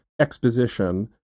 exposition